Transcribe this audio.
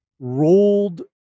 rolled